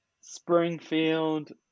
Springfield